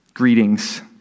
Greetings